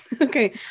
Okay